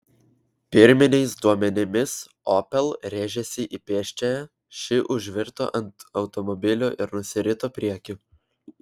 pirminiais duomenimis opel rėžėsi į pėsčiąją ši užvirto ant automobilio ir nusirito priekiu